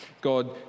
God